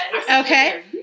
Okay